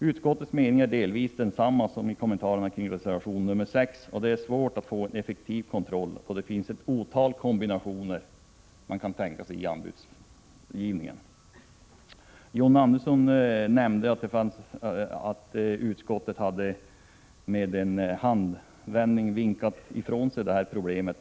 Utskottets mening är delvis densamma som i kommentarerna kring reservation 6. Det är svårt att få en effektiv kontroll, då man kan tänka sig ett otal kombinationer vid anbudsgivningen. John Andersson nämnde att utskottet med en handvändning hade viftat bort problemet.